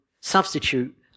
substitute